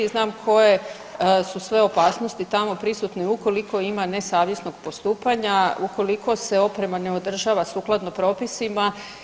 Znamo koje su sve opasnosti tamo prisutne ukoliko ima nesavjesnog postupanja, ukoliko se oprema ne održava sukladno propisima.